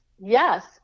yes